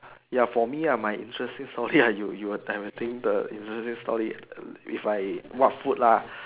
ya for me ah my interesting story ah you you're directing the interesting story if I what food lah